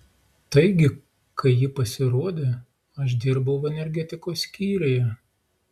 taigi kai ji pasirodė aš dirbau energetikos skyriuje